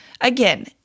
Again